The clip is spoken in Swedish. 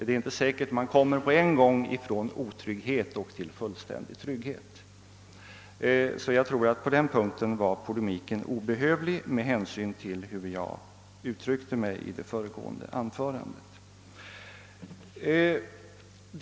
Det är inte säkert att man på en gång kan komma från otrygghet till fullständig trygghet. På den punkten tror jag därför att polemiken var obehövlig med hänsyn till vad jag sade i mitt förra anförande.